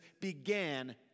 began